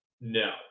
No